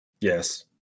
yes